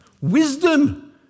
Wisdom